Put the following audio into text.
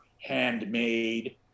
handmade